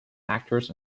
actors